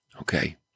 okay